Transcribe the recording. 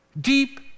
deep